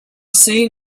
soon